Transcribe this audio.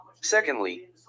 Secondly